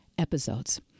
episodes